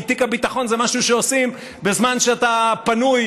כי תיק הביטחון זה משהו שעושים בזמן שאתה פנוי